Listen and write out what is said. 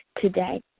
today